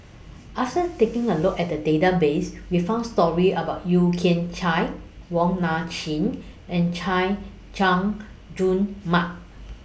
after taking A Look At The Database We found stories about Yeo Kian Chai Wong Nai Chin and Chay Jung Jun Mark